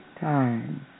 Time